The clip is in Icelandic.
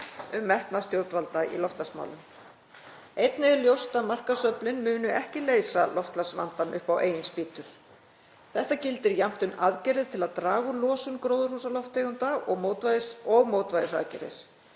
um metnað stjórnvalda í loftslagsmálum. Einnig er ljóst að markaðsöflin munu ekki leysa loftslagsvandann upp á eigin spýtur. Þetta gildir jafnt um aðgerðir til að draga úr losun gróðurhúsalofttegunda og mótvægisaðgerðir.